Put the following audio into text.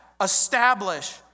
establish